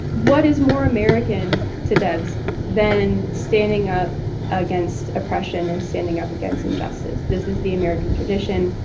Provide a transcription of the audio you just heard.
what is more american to debs than standing up against oppression and standing up against injustice? this is the american tradition.